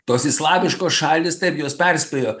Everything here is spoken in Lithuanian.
tos islamiškos šalys taip jos perspėjo